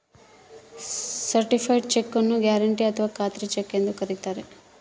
certified cheque ನ್ನು guarantee ಅಥಾವ ಖಾತ್ರಿ ಚೆಕ್ ಎಂದು ಕರಿತಾರೆ